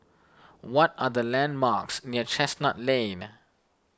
what are the landmarks near Chestnut Lane